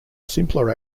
simpler